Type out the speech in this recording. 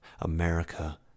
America